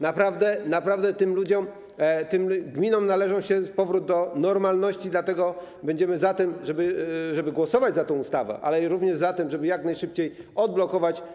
Naprawdę tym ludziom, tym gminom należy się powrót do normalności, dlatego będziemy za tym, żeby głosować za tą ustawą, ale również za tym, żeby jak najszybciej to odblokować.